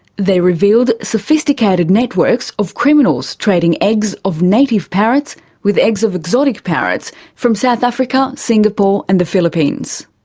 they revealed sophisticated networks of criminals trading eggs of native parrots with eggs of exotic parrots from south africa, singapore and the philippines.